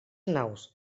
naus